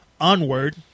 Onward